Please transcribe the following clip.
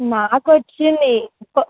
నాకోచ్చింది